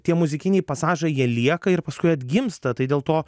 tie muzikiniai pasažai jie lieka ir paskui atgimsta tai dėl to